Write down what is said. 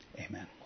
Amen